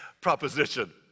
proposition